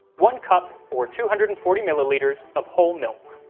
one cup or two hundred and forty milliliters of whole milk,